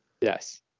Yes